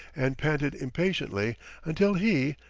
and panted impatiently until he,